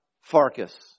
Farkas